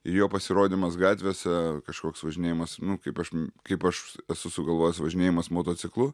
ir jo pasirodymas gatvėse kažkoks važinėjimas nu kaip aš kaip aš esu sugalvojęs važinėjimas motociklu